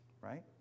right